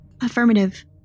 Affirmative